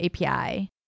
API